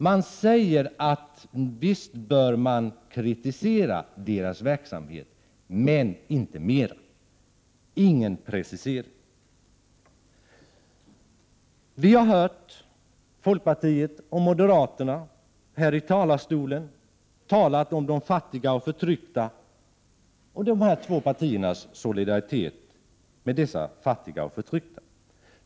Man säger att deras verksamhet visst bör kritiseras, men inget mer. Man gör ingen precisering. Vi har hört representanter för folkpartiet och moderaterna från denna talarstol orda om de fattiga och förtryckta och om dessa två partiers solidaritet med dem.